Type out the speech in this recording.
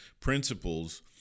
principles